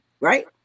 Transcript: right